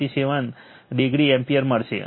87o ampere મળશે